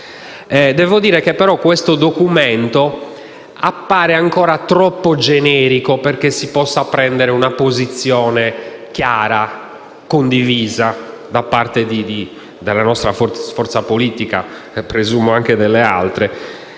Stato e le Regioni. Il documento appare però ancora troppo generico perché si possa prendere una posizione chiara e condivisa da parte della nostra forza politica e, presumo, anche delle altre.